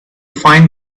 find